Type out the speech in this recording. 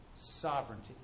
sovereignty